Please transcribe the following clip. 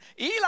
Eli